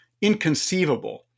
inconceivable